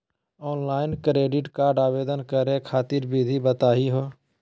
Online credit card आवेदन करे खातिर विधि बताही हो?